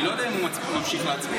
אני לא יודע אם הוא ממשיך להצביע.